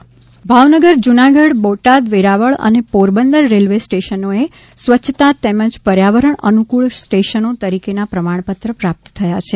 ભાવનગર સ્વચ્છ સ્ટેશન ભાવનગરજૂનાગઢબોટાદવેરાવળ અને પોરબંદર રેલ્વે સ્ટેશનોને સ્વચ્છતા તેમજ પર્યાવરણ અનુકૂળ સ્ટેશનો તરીકેના પ્રમાણપત્ર પ્રાપ્ત થયા છે